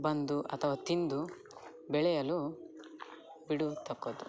ಬಂದು ಅಥವಾ ತಿಂದು ಬೆಳೆಯಲು ಬಿಡ ತಕ್ಕದ್ದು